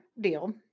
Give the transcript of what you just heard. deal